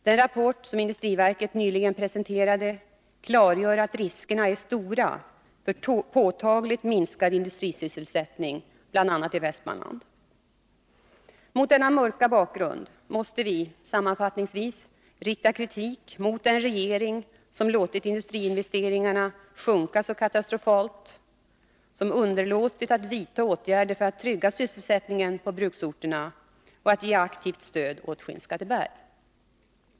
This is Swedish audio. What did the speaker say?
Den rapport som industriverket nyligen presenterade klargör att riskerna är stora för en påtagligt minskad industrisysselsättning bl.a. i Västmanland. Mot denna mörka bakgrund måste vi sammanfattningsvis rikta kritik mot en regering som låtit industriinvesteringarna sjunka så katastrofalt och som underlåtit att vidta åtgärder för att trygga sysselsättningen på bruksorterna och ge aktivt stöd åt Skinnskatteberg.